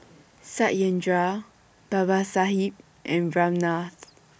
Satyendra Babasaheb and Ramnath